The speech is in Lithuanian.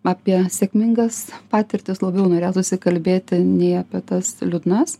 apie sėkmingas patirtis labiau norėtųsi kalbėti nei apie tas liūdnas